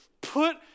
put